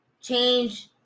change